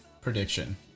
prediction